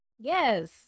Yes